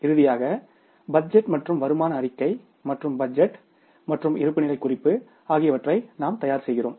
இறுதியாக பட்ஜெட் மற்றும் வருமான அறிக்கை மற்றும் பட்ஜெட் மற்றும் இருப்புநிலைகுறிப்பு ஆகியவற்றை நாம் தயார் செய்கிறோம்